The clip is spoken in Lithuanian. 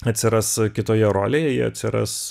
atsiras kitoje rolėje jie atsiras